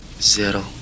zero